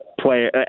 player